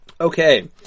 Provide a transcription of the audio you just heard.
Okay